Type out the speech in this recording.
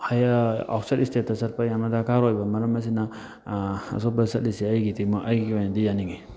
outside ꯁ꯭ꯇꯦꯠꯇ ꯆꯠꯄ ꯌꯥꯝꯅ ꯗꯔꯀꯥꯔ ꯑꯣꯏꯕ ꯃꯔꯝ ꯑꯁꯤꯅ ꯑꯇꯣꯞꯄ ꯆꯠꯂꯤꯁꯦ ꯑꯩꯒꯤꯗꯤ ꯑꯩꯒꯤ ꯑꯣꯏꯅꯗꯤ ꯌꯥꯅꯤꯡꯉꯤ